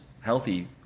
healthy